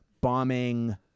bombing